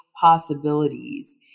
possibilities